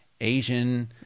Asian